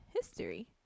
history